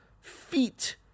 feet